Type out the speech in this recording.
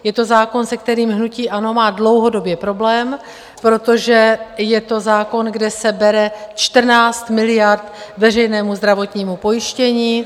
Je to zákon, se kterým hnutí ANO má dlouhodobě problém, protože je to zákon, kde se bere 14 miliard veřejnému zdravotnímu pojištění.